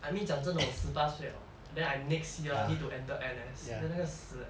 I mean 讲真的我十八岁了 then I next year need to enter N_S then 那个死